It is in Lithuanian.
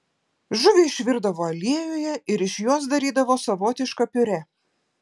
žuvį išvirdavo aliejuje ir iš jos darydavo savotišką piurė